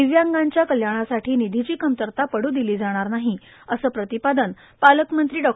दिव्यांगांच्या कल्याणासाठी निधीची कमतरता पड्ड देणार नाही असं प्रतिपादन पालकमंत्री डॉ